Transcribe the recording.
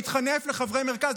להתחנף לחברי מרכז,